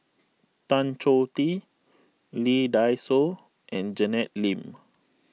Tan Choh Tee Lee Dai Soh and Janet Lim